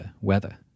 weather